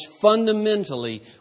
fundamentally